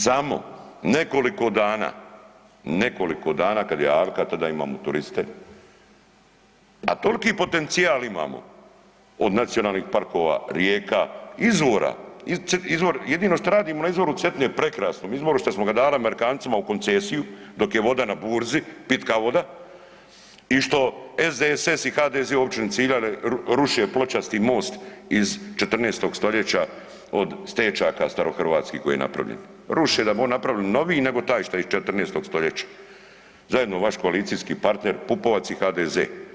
Samo nekoliko dana, nekoliko dana kad je alka tada imamo turiste, a tolki potencijal imamo od nacionalnih parkova, rijeka, izvora, izvor, jedino šta radimo na izvoru Cetine, prekrasnom izvoru šta smo ga dali Amerikancima u koncesiju dok je voda na burzi, pitka voda i što SDSS i HDZ u Općini Civljane ruše pločasti most iz 14. stoljeća od stećaka starohrvatskih koji je napravljen, ruše da bi oni napravili novi nego taj što je iz 14. stoljeća, zajedno vaš koalicijski partner Pupovac i HDZ.